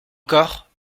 encore